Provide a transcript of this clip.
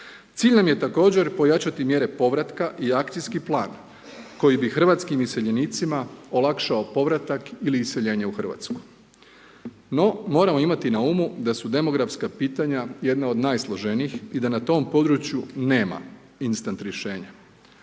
Cilj nam je također pojačati mjere povratka i akcijski plan koji bi hrvatskim iseljenicima olakšao povratak ili iseljenje u Hrvatsku. No moramo imati na umu da su demografska pitanja jedna od najsloženijim i da na tom području nema instant rješenja